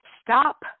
stop